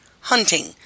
hunting